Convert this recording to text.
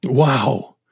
Wow